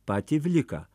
patį vliką